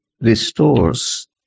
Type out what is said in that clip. Restores